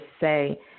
say